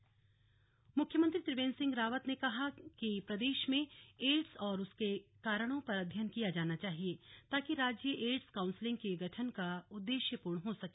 ads पर बैठक मुख्यमंत्री त्रिवेन्द्र सिंह रावत ने कहा है कि प्रदेश में एड्स और उसके कारणों पर अध्ययन किया जाना चाहिए ताकि राज्य एड्स काउन्सिल के गठन का उद्देश्य पूर्ण हो सके